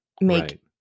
make